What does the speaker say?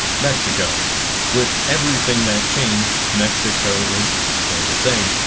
mexico with everything that changed, mexico is, still the same.